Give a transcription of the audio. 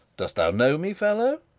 dost thou know me, fellow?